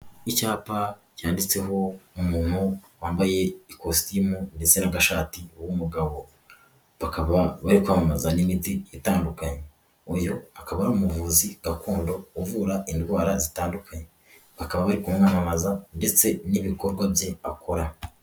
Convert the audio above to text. Icyapa cyanditseho umuntu wambaye ikositimu ndetse n'agashati w'umugabo, bakaba bari kwamamaza n'imiti itandukanye, uyu akaba ari umuvuzi gakondo uvura indwara zitandukanye, bakaba bari kumwamamaza ndetse n'ibikorwa bye akora.